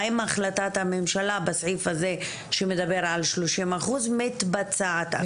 האם החלטת הממשלה בסעיף הזה שמדבר על שלושים אחוז מתבצעת.